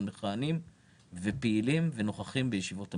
מכהנים ופעילים ונוכחים בישיבות המליאה.